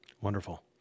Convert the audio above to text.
Wonderful